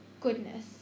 goodness